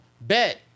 Bet